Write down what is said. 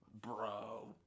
bro